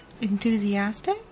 Enthusiastic